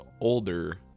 older